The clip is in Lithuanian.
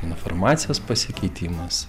informacijos pasikeitimas